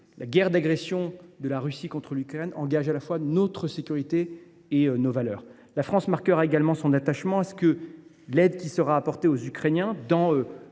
la guerre d’agression de la Russie contre l’Ukraine engage à la fois notre sécurité et nos valeurs. La France marquera également son attachement à ce que l’aide qui sera apportée aux Ukrainiens dans le